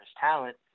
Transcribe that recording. talent